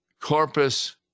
corpus